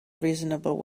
reasonable